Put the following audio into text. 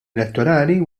elettorali